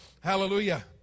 hallelujah